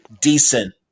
decent